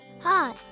Hi